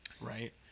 right